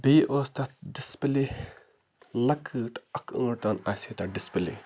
بیٚیہِ اوس تتھ ڈِسپٕلے لۄکۭٹ اکھ ٲنٹ ہان آسِہٕے تتھ ڈِسپٕلَے